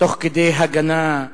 תהיה ראשון